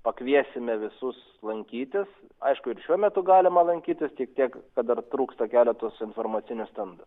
pakviesime visus lankytis aišku ir šiuo metu galima lankytis tik tiek kad dar trūksta keletos informacinių stendų